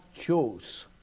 chose